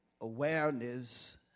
Awareness